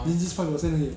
this is five percent 而已 eh